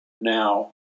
now